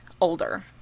older